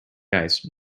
ice